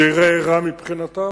זה ייראה רע מבחינתם,